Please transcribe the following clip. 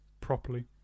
properly